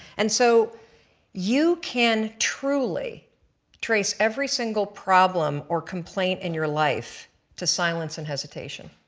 and so you can truly trace every single problem or complaint in your life to silence and hesitation,